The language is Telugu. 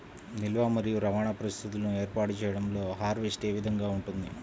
నిల్వ మరియు రవాణా పరిస్థితులను ఏర్పాటు చేయడంలో హార్వెస్ట్ ఏ విధముగా ఉంటుంది?